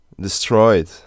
destroyed